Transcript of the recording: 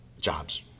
Jobs